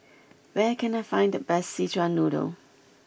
where can I find the best Szechuan Noodle